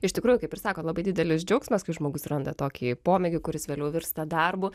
iš tikrųjų kaip ir sakot labai didelis džiaugsmas kai žmogus randa tokį pomėgį kuris vėliau virsta darbu